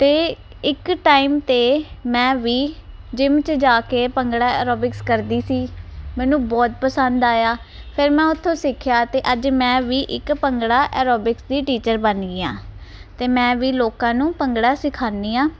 ਤੇ ਇੱਕ ਟਾਈਮ ਤੇ ਮੈਂ ਵੀ ਜਿਮ ਚ ਜਾ ਕੇ ਭੰਗੜਾ ਰੋਬਿਕਸ ਕਰਦੀ ਸੀ ਮੈਨੂੰ ਬਹੁਤ ਪਸੰਦ ਆਇਆ ਫਿਰ ਮੈਂ ਉਥੋਂ ਸਿੱਖਿਆ ਤੇ ਅੱਜ ਮੈਂ ਵੀ ਇੱਕ ਭੰਗੜਾ ਐਰੋਬਿਕਸ ਦੀ ਟੀਚਰ ਬਣ ਗਈਆਂ ਤੇ ਮੈਂ ਵੀ ਲੋਕਾਂ ਨੂੰ ਭੰਗੜਾ ਸਿਖਾਨੀ ਆ